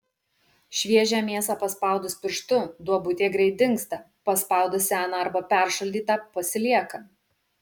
šviežią mėsą paspaudus pirštu duobutė greit dingsta paspaudus seną arba peršaldytą pasilieka